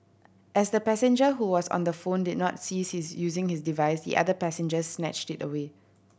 as the passenger who was on the phone did not cease using his device the other passenger snatched it away